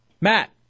Matt